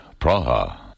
Praha